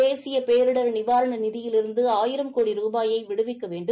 தேசிய பேரிடர் நிவாரண நிதியிலிருந்து ஆயிரம் கோடி ரூபாயை விடுவிக்க வேண்டும்